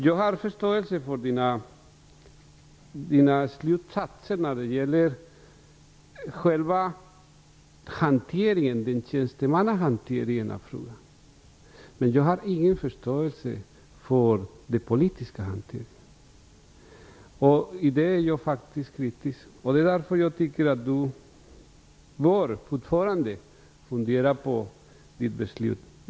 Jag har förståelse för Pierre Schoris slutsatser när det gäller tjäntemannahanteringen av frågan. Men jag har ingen förståelse för den politiska hanteringen. Jag är faktiskt kritisk till den. Det är därför jag fortfarande tycker att Pierre Schori bör fundera på sitt beslut.